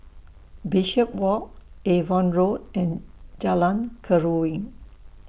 Bishopswalk Avon Road and Jalan Keruing